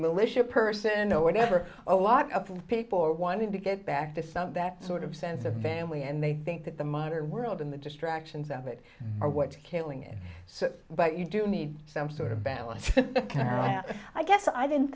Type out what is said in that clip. militia person no whatever a lot of people are wanting to get back to some of that sort of sense of family and they think that the modern world in the distractions of it are what's killing it so but you do need some sort of balance i guess i didn't